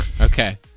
Okay